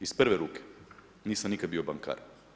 Iz prve ruke, nisam nikad bio bankar.